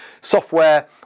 software